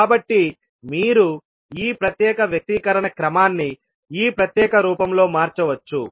కాబట్టి మీరు ఈ ప్రత్యేక వ్యక్తీకరణ క్రమాన్ని ఈ ప్రత్యేక రూపంలో మార్చవచ్చు